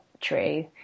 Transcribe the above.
true